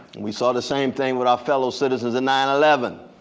we saw the same thing with our fellow citizens in nine eleven.